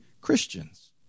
Christians